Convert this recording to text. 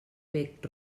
bec